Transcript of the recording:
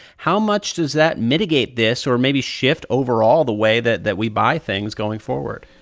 how much does that mitigate this or maybe shift overall the way that that we buy things going forward?